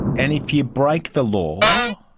and if you break the law,